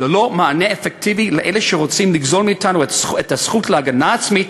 ללא מענה אפקטיבי לאלה שרוצים לגזול מאתנו את הזכות להגנה עצמית,